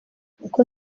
uko